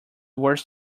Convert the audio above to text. worse